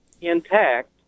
intact